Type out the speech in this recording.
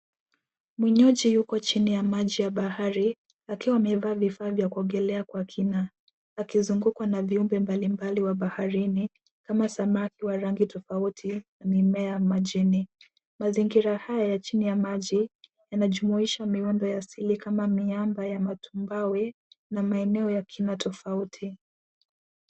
Mwinywaji yuko chini ya maji ya bahari akiwa amevaa vifaa vya kuogelea kwa kina, akizungukwa na viumbe mbali mbali wa baharini, kama samaki wa rangi tofauti, mimea majini. Mazingira haya ya chini ya maji yanajumuisha miundo asili kama: miambo ya matumbawe na maeneo ya kina tofauti.